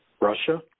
Russia